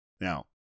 Now